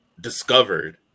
discovered